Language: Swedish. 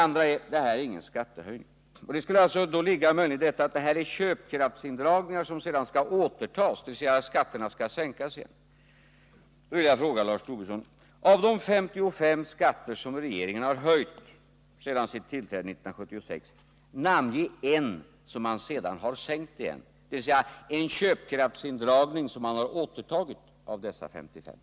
Vidare har herr Tobisson sagt att detta inte är någon skattehöjning. Skulle i det ligga att det här är köpkraftsindragningar, som sedan skall återtas, dvs. att skatterna skall sänkas igen? Nu vill jag be Lars Tobisson: Namnge en skatt av de 55 som regeringen har höjt sedan sitt tillträde 1976 och som man sedan har sänkt igen, dvs. en köpkraftsindragning av dessa 55 som man har återtagit!